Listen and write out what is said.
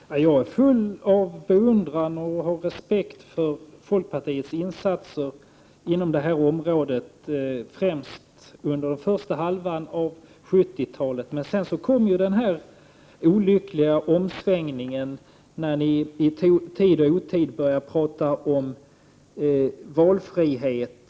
Herr talman! Jag är full av beundran och respekt för folkpartiets insatser på det här området, främst under den första halvan av 1970-talet. Men sedan kom ju den här olyckliga omsvängningen när folkpartiet i tid och otid började tala om valfrihet.